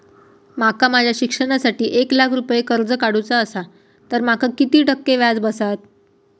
माका माझ्या शिक्षणासाठी एक लाख रुपये कर्ज काढू चा असा तर माका किती टक्के व्याज बसात?